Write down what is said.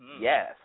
Yes